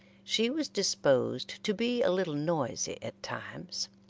she was disposed to be a little noisy at times,